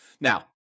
Now